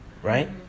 Right